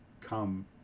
come